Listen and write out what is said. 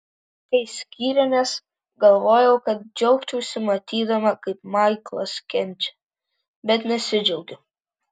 kai skyrėmės galvojau kad džiaugčiausi matydama kaip maiklas kenčia bet nesidžiaugiu